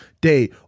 day